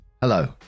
Hello